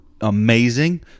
amazing